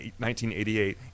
1988